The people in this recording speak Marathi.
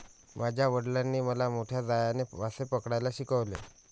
माझ्या वडिलांनी मला मोठ्या जाळ्याने मासे पकडायला शिकवले